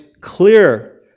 clear